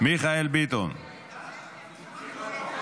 לא